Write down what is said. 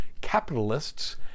capitalists